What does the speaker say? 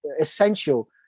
essential